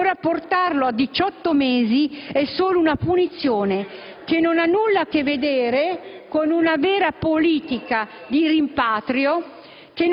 Ora portarlo a 18 mesi è solo una punizione che non ha nulla a che vedere con una vera politica di rimpatrio,